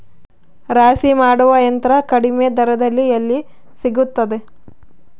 ರಾಶಿ ಮಾಡುವ ಯಂತ್ರ ಕಡಿಮೆ ದರದಲ್ಲಿ ಎಲ್ಲಿ ಸಿಗುತ್ತದೆ?